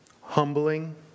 Humbling